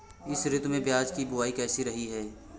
इस ऋतु में प्याज की बुआई कैसी रही है?